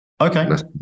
Okay